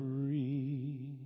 free